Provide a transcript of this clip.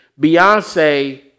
Beyonce